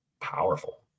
Powerful